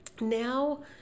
now